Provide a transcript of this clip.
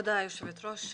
כבוד היושבת ראש,